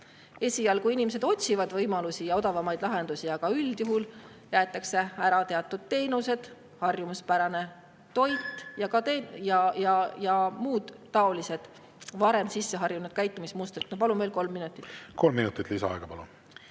Esialgu otsivad inimesed võimalusi ja odavamaid lahendusi, aga üldjuhul jäetakse ära teatud teenused, harjumuspärane toit ja muud taolised varem sisseharjunud käitumismustrid. Palun veel kolm minutit. Kolm minutit lisaaega, palun!